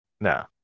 No